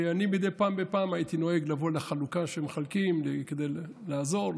מדי פעם בפעם הייתי נוהג לבוא לחלוקה שמחלקים כדי לעזור,